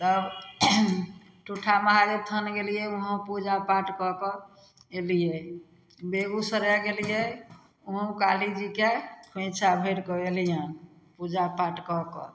तब ठूठा महादेव स्थान गेलियै वहाँ पूजा पाठ कऽ कऽ अयलियै बेगुसराय गेलियै वहाँ काली जी के खोंइछा भरि कऽ अयलियनि पूजा पाठ कए कऽ